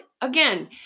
again